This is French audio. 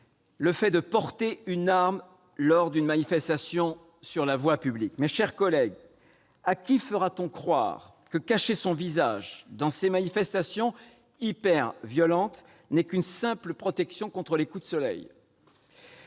le fait de porter une arme lors d'une manifestation sur la voie publique. Mes chers collègues, à qui fera-t-on croire que cacher son visage dans ces manifestations hyperviolentes n'est qu'une manière de se protéger contre les coups de soleil ?